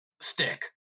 stick